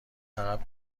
عقب